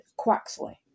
Quaxley